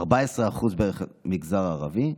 14% בערך המגזר הערבי.